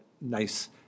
nice